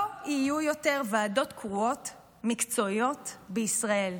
לא יהיו יותר ועדות קרואות מקצועיות בישראל.